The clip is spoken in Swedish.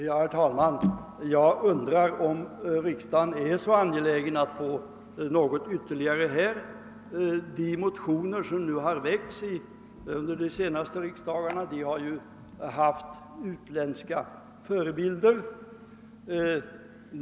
| Herr talman! Jag undrar om riksda gen är så angelägen på denna punkt. De motioner som väckts i denna fråga under de senaste riksdagarna har haft utländska förebilder.